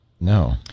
no